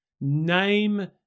name